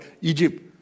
Egypt